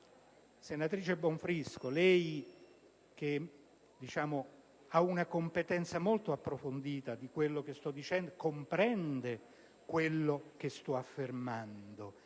Senatrice Bonfrisco, lei che ha una competenza molto approfondita in merito a quello che sto dicendo, comprende quello che sto affermando.